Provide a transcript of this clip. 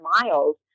miles